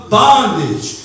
bondage